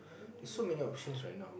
so many options right now